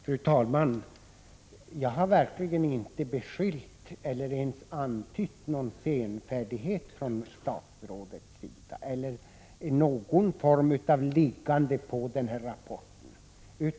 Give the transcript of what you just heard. Fru talman! Jag har verkligen inte beskyllt statsrådet för eller ens antytt att det skulle vara fråga om senfärdighet eller någon form av fördröjande av rapporten.